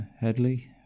Headley